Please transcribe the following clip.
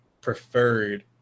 preferred